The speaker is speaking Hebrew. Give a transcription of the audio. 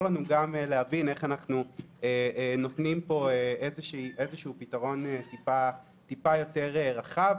לנו להבין איך אנחנו נותנים פה פתרון טיפה יותר רחב,